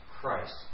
Christ